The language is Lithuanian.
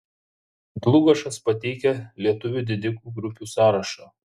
dlugošas pateikia lietuvių didikų grupių sąrašą